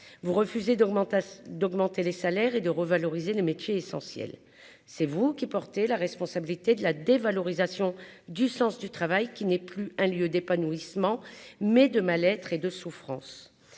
d'augmentation d'augmenter les salaires et de revaloriser le métier essentiel c'est vous qui portez la responsabilité de la dévalorisation du sens du travail qui n'est plus un lieu d'épanouissement mais de ma lettre et de souffrance,